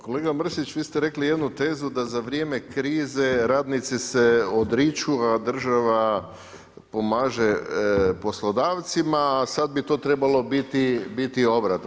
Kolega Mrsić, vi ste rekli jednu tezu da za vrijeme krize radnici se odriču, a država pomaže poslodavcima, a sad bi to trebalo biti obratno.